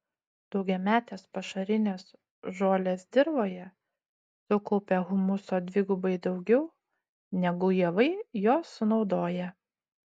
daugiametės pašarinės žolės dirvoje sukaupia humuso dvigubai daugiau negu javai jo sunaudoja